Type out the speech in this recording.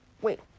Wait